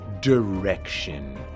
direction